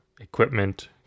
equipment